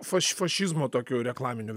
faš fašizmo tokiu reklaminiu ve